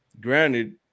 Granted